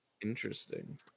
interesting